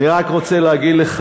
אני רק רוצה להגיד לך,